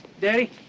Daddy